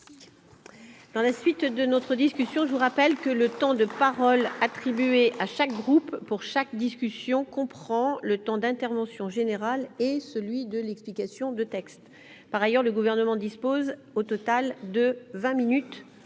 Dans la suite de notre discussion, je vous rappelle que le temps de parole attribués à chaque groupe. Pour chaque discussion qu'on prend le temps d'intervention général et celui de l'explication de texte, par ailleurs, le gouvernement dispose au total de 20 minutes